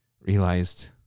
realized